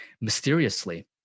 mysteriously